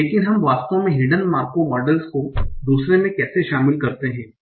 लेकिन हम वास्तव में हिडन मार्कोव मॉडलस को दूसरे में कैसे शामिल करते हैं